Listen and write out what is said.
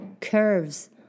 Curves